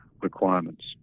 requirements